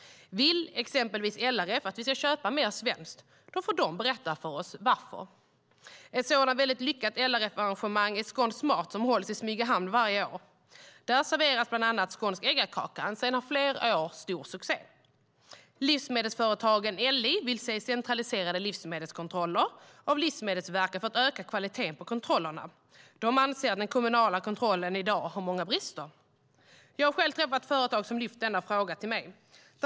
Vill exempelvis LRF att vi ska köpa mer svenskt får de berätta för oss varför. Ett sådant väldigt lyckat LRF-arrangemang är Skånsk Mat som hålls i Smygehamn varje år. Där serveras bland annat skånsk äggakaka, en stor succé sedan flera år. Livsmedelsföretagen, Li, vill se centraliserade livsmedelskontroller av Livsmedelsverket för att öka kvaliteten på kontrollerna. De anser att den kommunala kontrollen i dag har många brister. Jag har själv träffat företag som lyft fram denna fråga till mig.